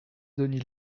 denis